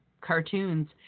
cartoons